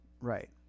Right